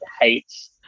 hates